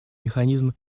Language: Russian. механизм